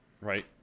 Right